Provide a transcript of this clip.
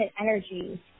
energy